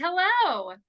Hello